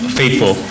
faithful